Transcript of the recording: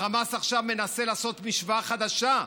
החמאס עכשיו מנסה לעשות משוואה חדשה.